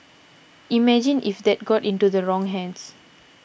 imagine if that got into the wrong hands